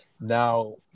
now